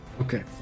Okay